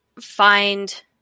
find